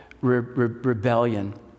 rebellion